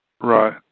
Right